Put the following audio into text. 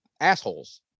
assholes